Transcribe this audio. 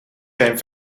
zijn